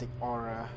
aura